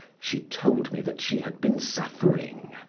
she told me that she had been suffering.